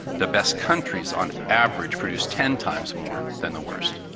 the best countries on average produce ten times more than the worst.